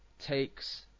takes